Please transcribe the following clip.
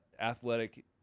athletic